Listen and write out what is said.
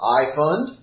iFund